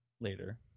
later